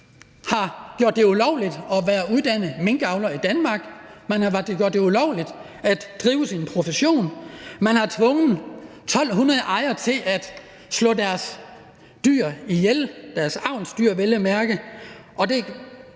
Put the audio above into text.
natten har gjort det ulovligt at være uddannet minkavler i Danmark; man har gjort det ulovligt at udøve sin profession; man har tvunget 1.200 ejere til at slå deres dyr ihjel, deres avlsdyr vel at mærke.